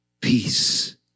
Peace